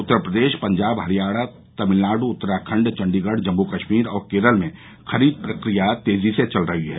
उत्तर प्रदेश पंजाब हरियाणा तमिलनाडु उत्तराखण्ड चण्डीगढ़ जम्मू कश्मीर और केरल में खरीद प्रक्रिया तेजी से चल रही है